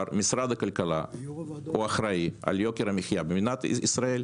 משרד הכלכלה הוא האחראי על יוקר המחיה במדינת ישראל,